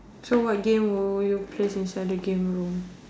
so what game will you place inside the game room